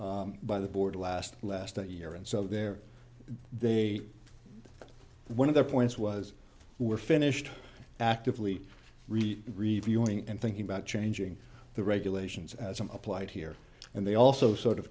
by the board last less than a year and so there they are one of their points was we're finished actively reviewing and thinking about changing the regulations as applied here and they also sort of